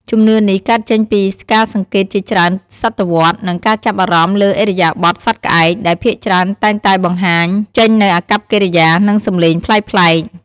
ជំនឿនេះកើតចេញពីការសង្កេតជាច្រើនសតវត្ស និងការចាប់អារម្មណ៍លើឥរិយាបថសត្វក្អែក ដែលភាគច្រើនតែងតែបង្ហាញចេញនូវអាកប្បកិរិយា និងសំឡេងប្លែកៗ។